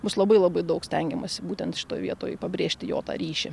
bus labai labai daug stengiamasi būtent šitoj vietoj pabrėžti jo tą ryšį